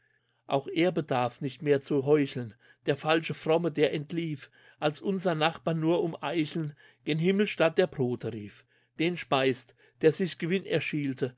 auch er bedarf nicht mehr zu heucheln der falsche fromme der entlief als unsern nachbarn nur um eicheln gen himmel statt der brodte rief den speist der sich gewinn erschielte